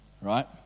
right